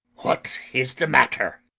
what is the matter?